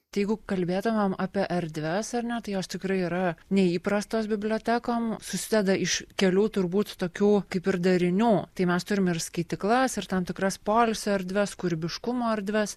tai jeigu kalbėtumėm apie erdves ar ne tai jos tikrai yra neįprastos bibliotekom susideda iš kelių turbūt tokių kaip ir darinių tai mes turim ir skaityklas ir tam tikras poilsio erdves kūrybiškumo erdves